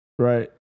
Right